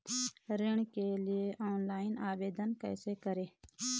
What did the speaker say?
ऋण के लिए ऑनलाइन आवेदन कैसे करें?